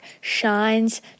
shines